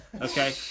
Okay